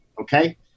Okay